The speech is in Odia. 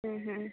ହଁ ହଁ